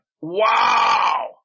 wow